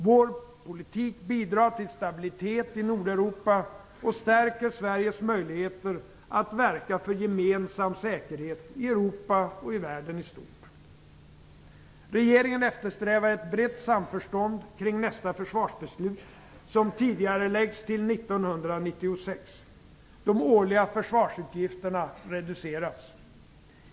Vår politik bidrar till stabilitet i Nordeuropa och stärker Sveriges möjligheter att verka för gemensam säkerhet i Europa och i världen i stort. Regeringen eftersträvar ett brett samförstånd kring nästa försvarsbeslut, som tidigareläggs till 1996. De årliga försvarsutgifterna reduceras.